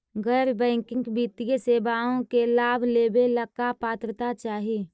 गैर बैंकिंग वित्तीय सेवाओं के लाभ लेवेला का पात्रता चाही?